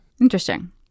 Interesting